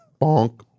Bonk